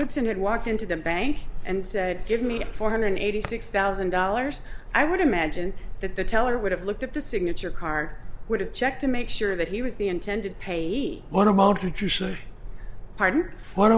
goodson had walked into the bank and said give me four hundred eighty six thousand dollars i would imagine that the teller would have looked at the signature car would have checked to make sure that he was the intended pay